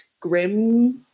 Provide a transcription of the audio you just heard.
grim